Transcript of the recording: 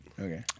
Okay